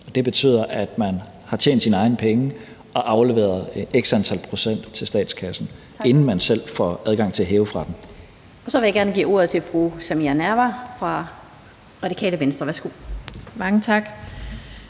Det betyder, at man har tjent sine egne penge og afleveret x antal procent til statskassen, inden man selv får adgang til at hæve fra den. Kl. 14:59 Den fg. formand (Annette Lind): Så vil jeg gerne give ordet til fru Samira Nawa fra Radikale Venstre. Værsgo. Kl.